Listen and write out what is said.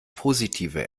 positive